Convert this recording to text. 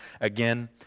Again